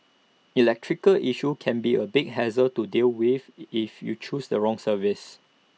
electrical issues can be A big hassle to deal with if you choose the wrong services